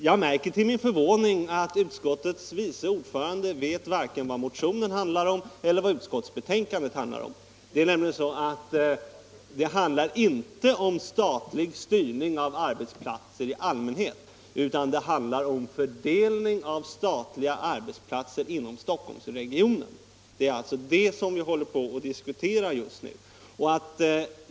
Jag märkte till min förvåning att utskottets vice ordförande varken vet vad motionen handlar om eller vad utskottsbetänkandet handlar om. Det handlar nämligen inte om statlig styrning av arbetsplatser i allmänhet, utan det handlar om fördelning av statliga arbetsplatser inom Stockholmsregionen. Det är alltså vad vi håller på att diskutera just nu.